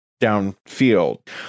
downfield